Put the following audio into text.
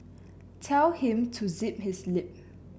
tell him to zip his lip